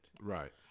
Right